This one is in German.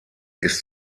ist